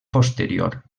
posterior